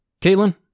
Caitlin